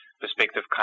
perspective